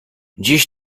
dziś